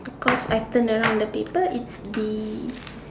cause I turn around the paper it's the